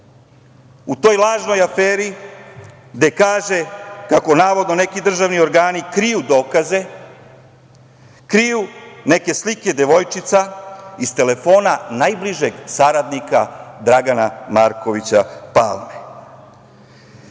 u toj lažnoj aferi gde kaže kako navodno neki državni organi kriju dokaze, kriju neke slike devojčica iz telefona najbližeg saradnika Dragana Markovića Palme,